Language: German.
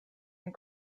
den